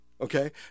Okay